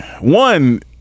One